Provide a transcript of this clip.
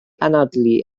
anadlu